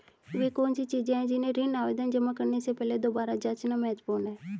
वे कौन सी चीजें हैं जिन्हें ऋण आवेदन जमा करने से पहले दोबारा जांचना महत्वपूर्ण है?